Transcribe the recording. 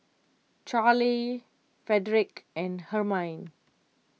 Charly Frederic and Hermine